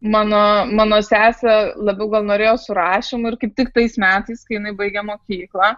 mano mano sesė labiau gal norėjo su rašymu ir kaip tik tais metais kai jinai baigė mokyklą